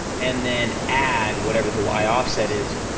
and then add whatever the y offset is,